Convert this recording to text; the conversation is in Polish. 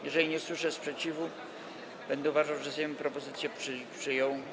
Jeżeli nie usłyszę sprzeciwu, będę uważał, że Sejm propozycję przyjął.